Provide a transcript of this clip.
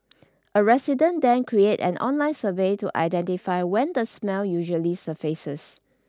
a resident then created an online survey to identify when the smell usually surfaces